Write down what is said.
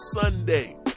Sunday